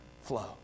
flow